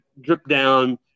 drip-down